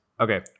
okay